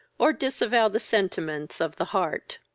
or disavow the sentiments of the heart.